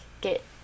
get